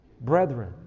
brethren